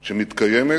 שמתקיימת,